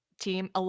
team